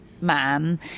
man